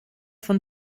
von